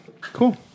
cool